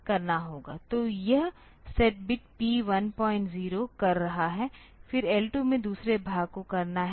तो यह set bit P10 कर रहा है फिर L2 में दूसरे भाग को करना है